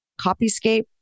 CopyScape